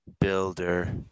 Builder